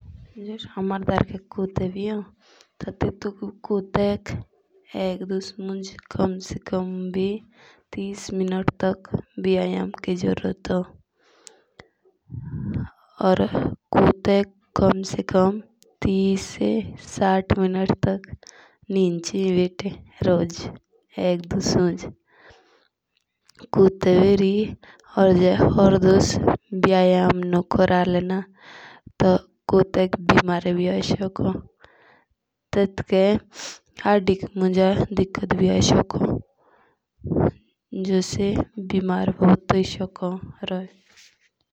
जस हमारे डरके कुत्ते भी होन तो टेटु कुट्टेक टीश से चालीस मिनट लग वियायम की जरूरी होन। या तेतु कुत्तेक तिस से साथ मिनट लग निंद चेयी भेटी। कुत्ते बेरी जो हर दस व्यायाम नू क्राले ना तो कुट्टेक बिमारी भी होई सको टेटके हादी मुंज दिकत भी आई सको।